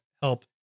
help